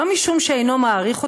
לא משום שאינו מעריך אותו,